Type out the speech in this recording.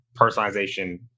personalization